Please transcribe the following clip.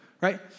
right